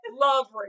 love